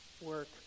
work